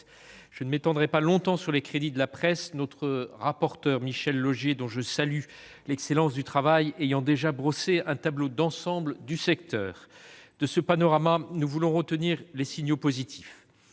Je ne m'étendrai pas longuement sur les crédits de la presse, le rapporteur pour avis Michel Laugier, dont je salue l'excellent travail, ayant déjà brossé un tableau d'ensemble du secteur. De ce panorama, nous voulons retenir les signaux positifs.